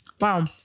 Wow